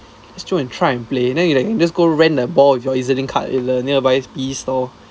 just go and try and play then you can just go rent a ball with your EZlink card at the nearby E store